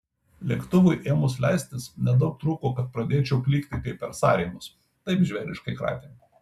lėktuvui ėmus leistis nedaug trūko kad pradėčiau klykti kaip per sąrėmius taip žvėriškai kratė